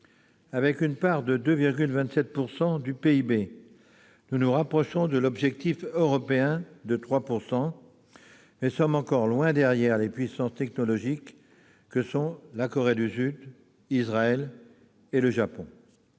Avec une part de 2,27 % du PIB, nous nous rapprochons de l'objectif européen de 3 %, mais nous sommes encore loin derrière les puissances technologiques que sont la Corée du Sud, Israël et le Japon.